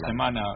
semana